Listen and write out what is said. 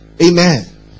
Amen